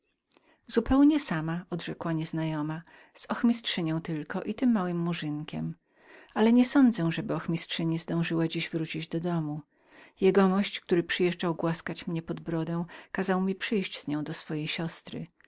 zupełnie sama odrzekła nieznajoma z ochmistrzynią tylko i tym małym murzynkiem ale nie sądzę żeby pierwsza mogła dziś wrócić do domu pan który przyjeżdżał głaskać mnie pod brodę kazał mi przyjść z nią do swojej siostry